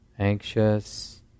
anxious